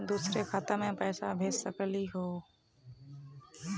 दुसरे खाता मैं पैसा भेज सकलीवह?